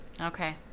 Okay